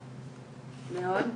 מאוד,